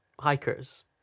hikers